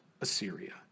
Assyria